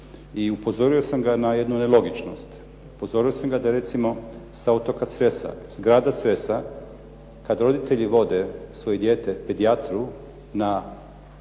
i upozorio sam ga na jednu nelogičnost. Upozorio sam ga da recimo sa otoka Cresa, grada Cresa kad roditelji vode svoje dijete pedijatru na